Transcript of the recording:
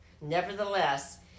Nevertheless